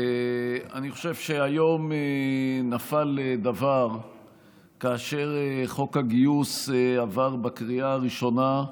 אני חושב שהיום נפל דבר כאשר חוק הגיוס עבר בקריאה הראשונה,